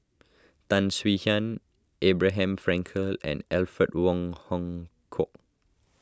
Tan Swie Hian Abraham Frankel and Alfred Wong Hong Kwok